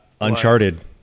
Uncharted